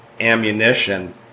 ammunition